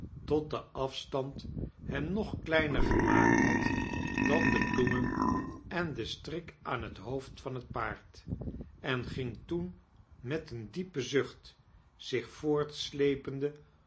tot de afstand hem nog kleiner gemaakt had da n de bloemen em de strik aan het hoofd van het paaird en ging toen met een diepen zucht zich voorfaslepende